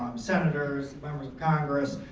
um senators, members of congress,